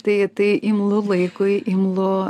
tai tai imlu laikui imlu